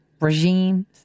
regimes